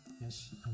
Yes